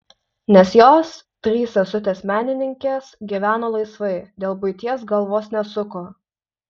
nes jos trys sesutės menininkės gyveno laisvai dėl buities galvos nesuko